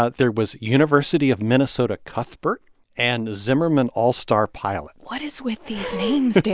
ah there was university of minnesota cuthbert and zimmerman all-star pilot what is with these names, dan?